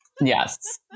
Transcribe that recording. Yes